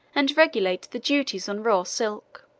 and regulate the duties on raw silk.